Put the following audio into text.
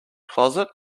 closet